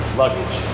luggage